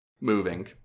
moving